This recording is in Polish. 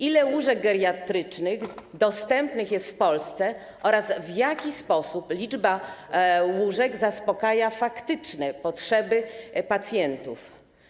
Ile łóżek geriatrycznych dostępnych jest w Polsce oraz w jaki sposób liczba łóżek zaspokaja faktyczne potrzeby pacjentów?